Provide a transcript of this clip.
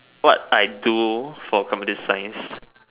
what I do for computer science